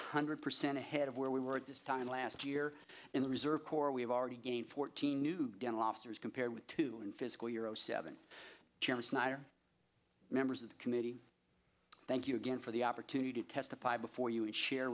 hundred percent ahead of where we were at this time last year in the reserve corps we have already gained fourteen new dental officers compared with two in fiscal year zero seven chevy snyder members of the committee thank you again for the opportunity to testify before you and share